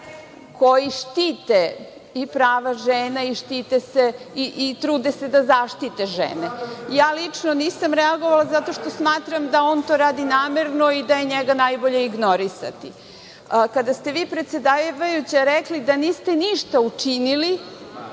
koji štite i prava žena i trude se da zaštite žene. Lično nisam reagovala zato što smatram da on to radi namerno i da je njega najbolje ignorisati. Kada ste bi predsedavajuća rekli da niste ništa učinili